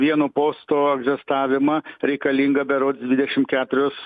vieno posto egzistavimą reikalinga berods dvidešimt keturios